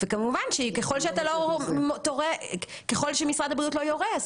וכמובן שככל שמשרד הבריאות לא יורה,